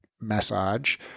massage